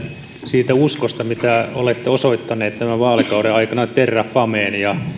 siitä uskosta mitä olette osoittaneet tämän vaalikauden aikana terrafameen ja